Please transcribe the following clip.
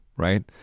right